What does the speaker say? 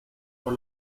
por